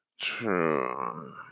True